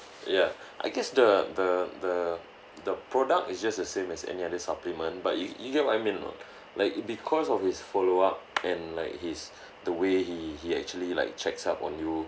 ya I guess the the the the product is just the same as any other supplement but you you get what I mean or not like it because of his follow up and like he's the way he he actually like checks up on you